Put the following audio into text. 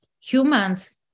Humans